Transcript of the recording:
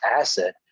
asset